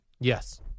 Yes